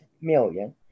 million